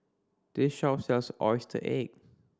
this shop sells oyster cake